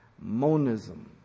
Monism